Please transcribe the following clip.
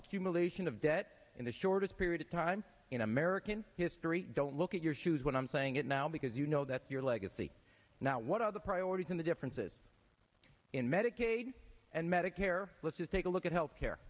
accumulation of debt in the shortest period of time in american history don't look at your shoes when i'm saying it now because you know that's your legacy now what are the priorities in the differences in medicaid and medicare let's just take a look at health care